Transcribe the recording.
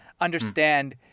understand